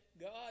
God